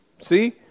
See